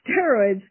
steroids